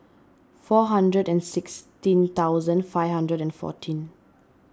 four hundred and sixteen thousand five hundred and fourteen